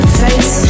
face